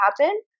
happen